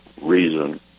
reason